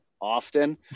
often